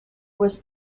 was